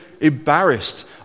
embarrassed